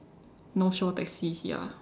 North Shore taxis ya